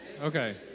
Okay